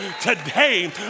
today